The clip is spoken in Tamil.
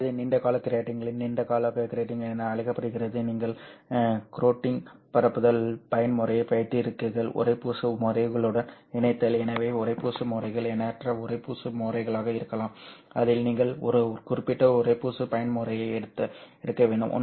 இது நீண்ட கால கிராட்டிங்கில் நீண்ட கால கிராட்டிங் என அழைக்கப்படுகிறது நீங்கள் கோர்டிங் பரப்புதல் பயன்முறையை வைத்திருக்கிறீர்கள் உறைப்பூச்சு முறைகளுடன் இணைத்தல் எனவே உறைப்பூச்சு முறைகள் எண்ணற்ற உறைப்பூச்சு முறைகளாக இருக்கலாம் அதில் நீங்கள் ஒரு குறிப்பிட்ட உறைப்பூச்சு பயன்முறையை எடுக்க வேண்டும்